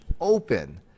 open